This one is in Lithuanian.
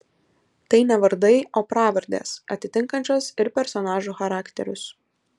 tai ne vardai o pravardės atitinkančios ir personažų charakterius